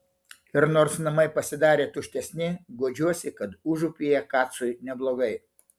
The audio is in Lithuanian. ir nors namai pasidarė tuštesni guodžiuosi kad užupyje kacui neblogai